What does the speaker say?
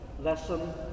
lesson